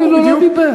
אפילו לא דיבר.